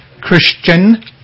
christian